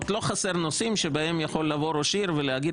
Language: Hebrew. לא חסר נושאים שבהם יכול לבוא ראש עיר ולהגיד